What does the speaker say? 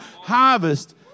harvest